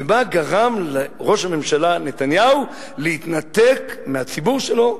ומה גרם לראש הממשלה נתניהו להתנתק מהציבור שלו,